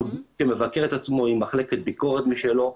אנחנו גוף שמבקר את עצמו עם מחלקת ביקורת משלו,